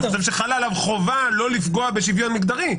אני חושב שחלה עליו חובה לא לפגוע בשוויון מגדרי.